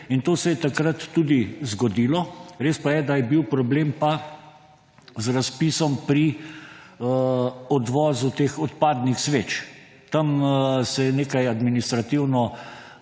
In to se je takrat tudi zgodilo. Res pa je, da je bil problem z razpisom pri odvozu odpadnih sveč. Tam se je nekaj administrativno